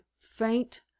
faint